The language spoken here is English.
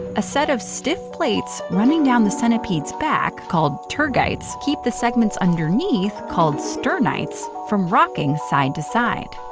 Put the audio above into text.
a set of stiff plates running down the centipede's back, called tergites, keep the segments underneath, called sternites, from rocking side-to-side.